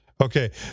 Okay